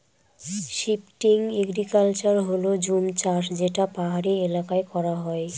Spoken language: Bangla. শিফটিং এগ্রিকালচার হল জুম চাষ যেটা পাহাড়ি এলাকায় করা হয়